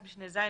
בתקנת משנה (ז),